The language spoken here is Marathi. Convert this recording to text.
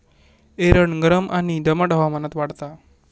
एरंड गरम आणि दमट हवामानात वाढता